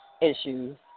issues